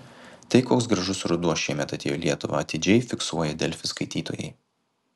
tai koks gražus ruduo šiemet atėjo į lietuvą atidžiai fiksuoja delfi skaitytojai